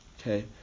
okay